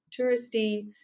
touristy